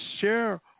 share